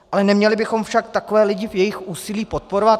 Ale neměli bychom však takové lidi v jejich úsilí podporovat?